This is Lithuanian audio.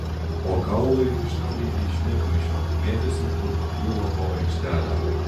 o kaulai ištampyti iš miegmaišio mėtėsi kur pakliūva po aikštelę